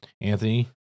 Anthony